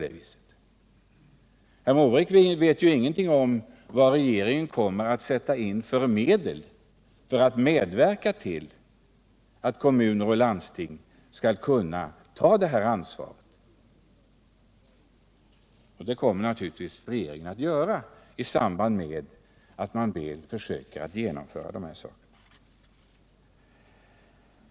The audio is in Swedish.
Herr Måbrink vet ju ingenting om vad regeringen kommer att sätta in för medel för att att underlätta för kommuner och landsting att ta detta ansvar — och sådana åtgärder kommer naturligtvis regeringen att vidta i samband med att den försöker genomföra dessa förslag.